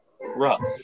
rough